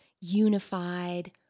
unified